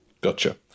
Gotcha